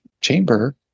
chamber